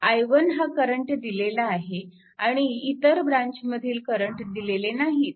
i 1 हा current दिलेला आहे आणि इतर ब्रँच मधील करंट दिलेले नाहीत